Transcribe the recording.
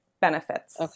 benefits